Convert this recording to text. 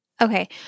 Okay